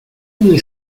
pude